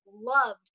loved